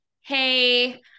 hey